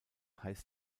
heißt